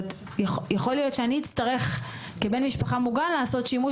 יכול להיות שאני אצטרך כבן משפחה מוגן לעשות שימוש